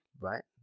Right